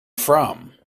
from